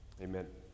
Amen